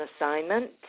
assignment